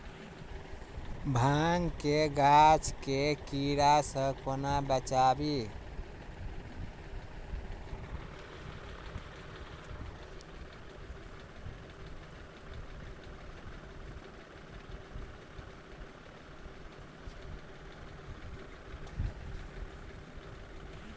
भांग केँ गाछ केँ कीड़ा सऽ कोना बचाबी?